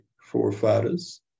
forefathers